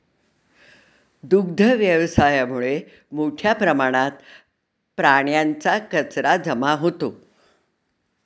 दुग्ध व्यवसायामुळे मोठ्या प्रमाणात प्राण्यांचा कचरा जमा होतो